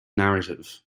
narrative